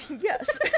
Yes